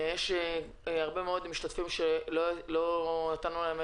יש הרבה מאוד משתתפים שלא נתנו להם